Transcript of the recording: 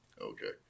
Okay